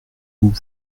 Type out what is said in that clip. vous